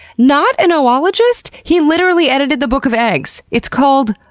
not an oologist! he literally edited the book of eggs. it's called,